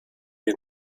die